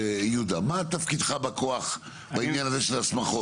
יהודה, מה תפקידך בכוח, בעניין הזה של הסמכות?